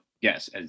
yes